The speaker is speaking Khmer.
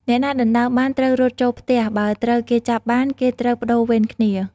អ្នកណាដណ្តើមបាន ត្រូវរត់ចូលផ្ទះ បើត្រូវគេចាប់បាន គេត្រូវប្តូរវេនគ្នា ។